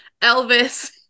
Elvis